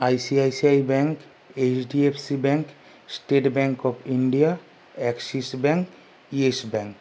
ICICI bank HDFC bank state bank of India axis bank yes bank